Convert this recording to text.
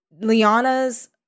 Liana's